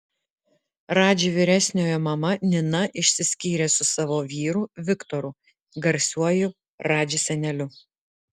radži vyresniojo mama nina išsiskyrė su savo vyru viktoru garsiuoju radži seneliu